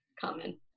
common